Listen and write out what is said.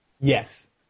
Yes